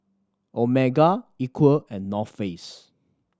Omega Equal and North Face